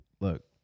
look